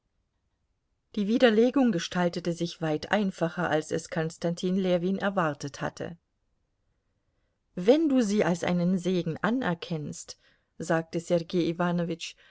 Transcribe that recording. die widerlegung gestaltete sich weit einfacher als es konstantin ljewin erwartet hatte wenn du sie als einen segen anerkennst sagte sergei